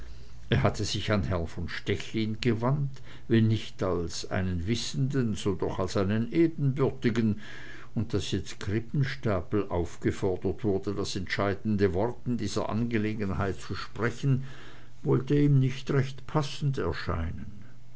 er hatte sich an herrn von stechlin gewandt wenn nicht als an einen wissenden so doch als an einen ebenbürtigen und daß jetzt krippenstapel aufgefordert wurde das entscheidende wort in dieser angelegenheit zu sprechen wollte ihm nicht recht passend erscheinen